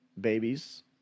babies